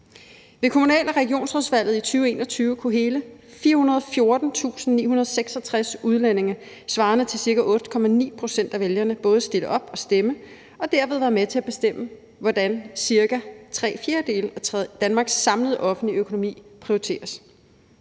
Ved kommunal- og regionsrådsvalget i 2021 kunne hele 414.966 udlændinge svarende til ca. 8,9 pct. af vælgerne både stille op og stemme og derved være med til at bestemme, hvordan cirka tre fjerdedele af Danmarks samlede offentlige økonomi prioriteres.